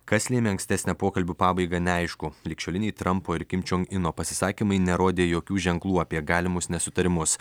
kas lėmė ankstesnio pokalbio pabaigą neaišku ligšioliniai trampo ir kim čion ino pasisakymai nerodė jokių ženklų apie galimus nesutarimus